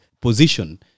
position